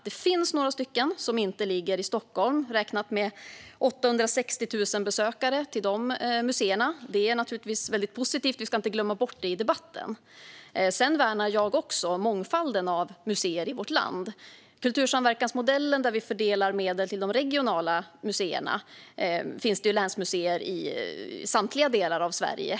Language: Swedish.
Det finns några som inte ligger i Stockholm, och de beräknas få 860 000 besökare. Detta är naturligtvis väldigt positivt, och det ska vi inte glömma bort i debatten. Jag värnar också om mångfalden av museer i vårt land. I kultursamverkansmodellen fördelar vi medel till de regionala museerna, och det finns länsmuseer i samtliga delar av Sverige.